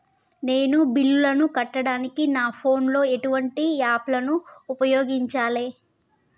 నేను బిల్లులను కట్టడానికి నా ఫోన్ లో ఎటువంటి యాప్ లను ఉపయోగించాలే?